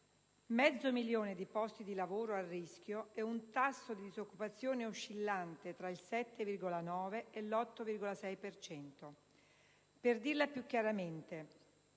mezzo milione di posti di lavoro a rischio e un tasso di occupazione oscillante tra il 7,9 e l'8,6 per cento. Per dirla più chiaramente,